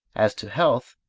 as to health,